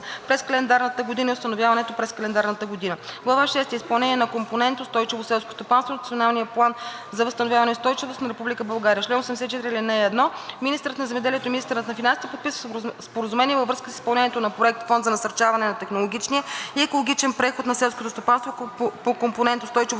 през календарната година на установяването и през следващата календарна година. Глава шеста Изпълнение на компонент „Устойчиво селско стопанство“ от Националния план за възстановяване и устойчивост на Република България Чл. 84. (1) Министърът на земеделието и министърът на финансите подписват споразумение във връзка с изпълнението на проект „Фонд за насърчаване на технологичния и екологичен преход на селското стопанство“ по компонент „Устойчиво